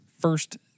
first